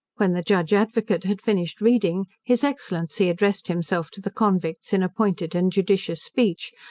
when the judge advocate had finished reading, his excellency addressed himself to the convicts in a pointed and judicious speech,